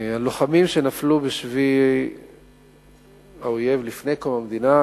הלוחמים שנפלו בשבי האויב לפני קום המדינה